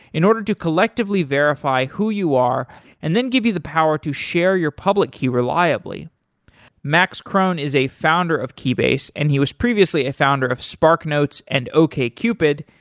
in order to collectively verify who you are and then give you the power to share your public key reliably max krohn is a founder of keybase, and he was previously a founder of sparknotes and okcupic.